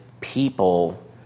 people